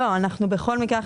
בכל מקרה,